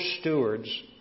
stewards